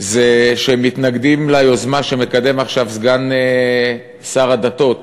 הם של התנגדות ליוזמה שמקדם עכשיו סגן שר הדתות